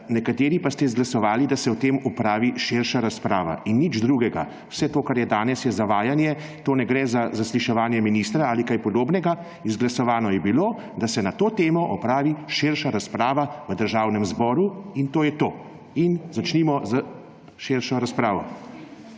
nekateri pa ste izglasovali, da se o tem opravi širša razprava. In nič drugega. Vse to, kar je danes, je zavajanje, ne gre za zasliševanje ministra ali kaj podobnega. Izglasovano je bilo, da se na to temo opravi širša razprava v Državnem zboru in to je to in začnimo s širšo razpravo.